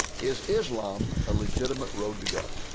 is islam a legitimate road to god?